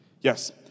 Yes